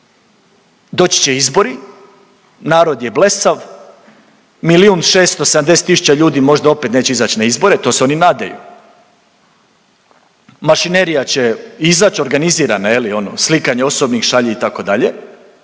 doći će izbori, narod je blesav, milijun 670 tisuća ljudi možda opet neće izaći na izbore, to se oni nadaju, mašinerija će izaći, organizirana, je li, slikanje osobnih, šalji, itd.,